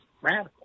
radical